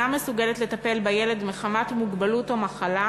מסוגלת לטפל בילד מחמת מוגבלות או מחלה,